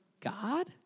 God